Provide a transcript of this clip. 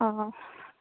ও